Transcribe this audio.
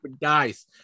guys